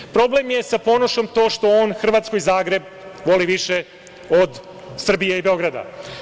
Dakle, problem je sa Ponošom to što on Hrvatsku i Zagreb voli više od Srbije i Beograda.